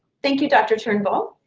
thank you, dr. turnbull.